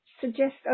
suggest